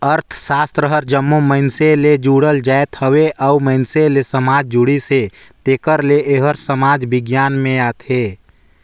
अर्थसास्त्र हर जम्मो मइनसे ले जुड़ल जाएत हवे अउ मइनसे ले समाज जुड़िस हे तेकर ले एहर समाज बिग्यान में आथे